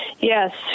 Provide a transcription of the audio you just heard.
yes